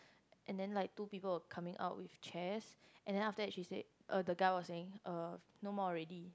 and then like two people were coming out with chairs and then after that she said uh the guy was saying uh no more already